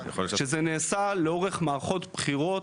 שזה נעשה לאורך מערכות בחירות,